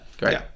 Great